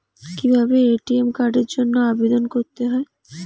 কিভাবে এ.টি.এম কার্ডের জন্য আবেদন করতে হয়?